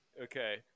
Okay